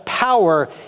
Power